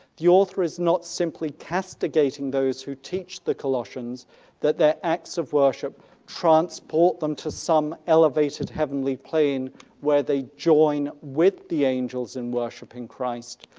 the author is not simply castigating those who teach the colossians that their acts of worship transport them to some elevated heavenly plane where they join with the angels in worshiping christ.